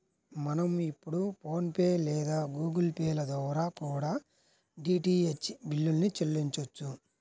మనం ఇప్పుడు PhonePe లేదా గుగుల్ పే ల ద్వారా కూడా డీటీహెచ్ బిల్లుల్ని చెల్లించొచ్చు